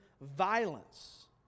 Violence